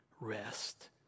rest